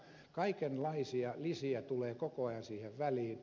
kaikenlaisia lisiä tulee koko ajan siihen väliin